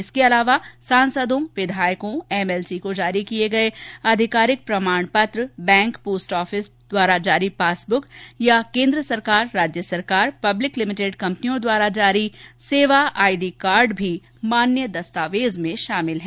इसके अलावा सांसदों विधायकों एमएलसी को जारी किये गये आधिकारिक प्रमाण पत्र बैंकपोस्ट ऑफिस द्वारा जारी पासबुक या केन्द्रराज्य सरकार पब्लिक लिमिटेड कंपनियों द्वारा जारी सेवा आईडी कार्ड भी मान्य दस्तावेज में शामिल हैं